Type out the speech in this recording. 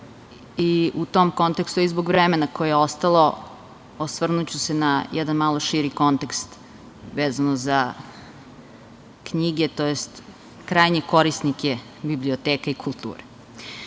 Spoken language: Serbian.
i u tom kontekstu, a i zbog vremena koje je ostalo, osvrnuću se na jedan malo širi kontekst vezano za knjige, tj. krajnje korisnike biblioteka i kulture. Svedoci